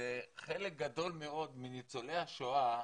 חלק גדול מאוד מניצולי השואה,